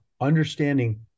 understanding